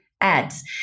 ads